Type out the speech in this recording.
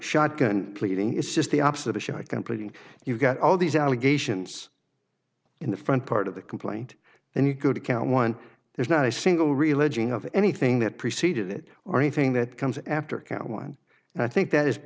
shotgun pleading it's just the opposite of a shotgun pleading you've got all these allegations in the front part of the complaint and you go to count one there's not a single religion of anything that preceded it or anything that comes after count one and i think that i